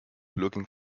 looking